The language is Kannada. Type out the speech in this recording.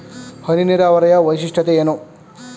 ಹನಿ ನೀರಾವರಿಯ ವೈಶಿಷ್ಟ್ಯತೆ ಏನು?